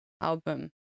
album